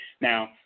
now